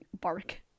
bark